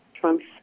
Trump's